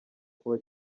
kuba